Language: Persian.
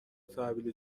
تحویل